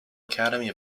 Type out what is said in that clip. academy